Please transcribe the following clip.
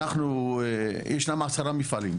אנחנו יש שם עשרה מפעלים.